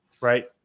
right